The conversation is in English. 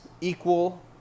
equal